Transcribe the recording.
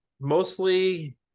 Mostly